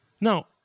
Now